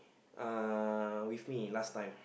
uh with me last time